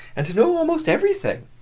and to know almost everything.